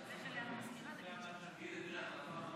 אני אשתדל להיות דומה